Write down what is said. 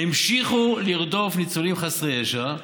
המשיכו לרדוף ניצולים חסרי ישע.